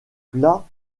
plat